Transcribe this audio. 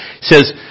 says